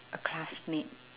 a classmate